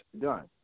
done